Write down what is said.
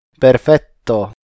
perfetto